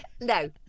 No